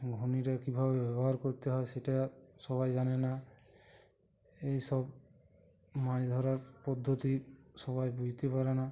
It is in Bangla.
ভুনিটা কীভাবে ব্যবহার করতে হয় সেটা সবাই জানে না এই সব মাছ ধরার পদ্ধতি সবাই বুঝতে পারে না